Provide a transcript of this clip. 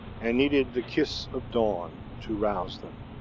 and needed the kiss of dawn to rouse them.